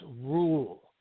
rule